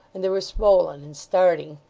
and they were swollen and starting,